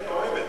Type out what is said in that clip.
האמת כואבת.